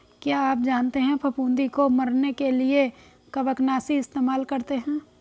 क्या आप जानते है फफूंदी को मरने के लिए कवकनाशी इस्तेमाल करते है?